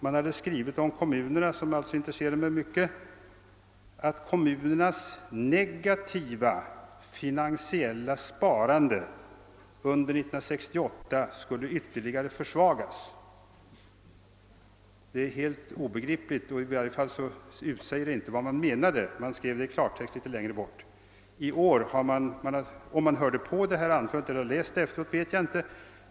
De hade skrivit om kommunernas lånebehov, som alltså intresserar mig mycket, att »kommunernas negativa finansiella sparande under 1968 skulle ytterligare försvagas». Detta är helt obegripligt, i varje fall utsäger det inte vad man menade — man skrev det i klartext på ett annat ställe. Om författarna hörde på mitt anförande eller läste det efteråt vet jag inte.